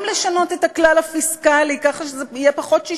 גם לשנות את הכלל הפיסקלי ככה שזה יהיה פחות 6